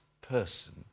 person